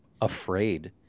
afraid